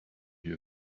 here